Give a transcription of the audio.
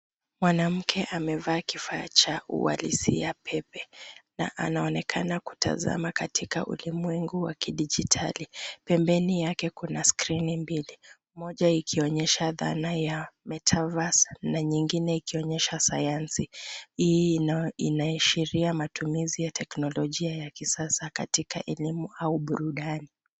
Mwanamke amevaa kifaa cha ualisia pepe na anaonekana kutazama katika ulimwengu wa kidijitali. Pembeni yake kuna skrini mbili; moja ikionyesha dhana ya Metaverse na nyinigine ikionyesha sayansi. Hii ina- inaashiria matumizi ya teknolojia ya kisasa katika elimu au burudani.